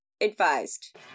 advised